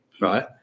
Right